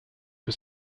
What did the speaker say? was